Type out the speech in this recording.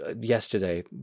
yesterday